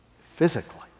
physically